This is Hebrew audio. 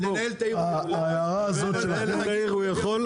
לנהל עיר הוא יכול,